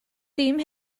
dim